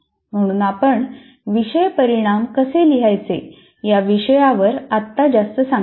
म्हणून आपण विषय परिणाम कसे लिहायचे या विषयावर आता जास्त सांगत नाही